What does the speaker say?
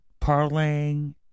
parlaying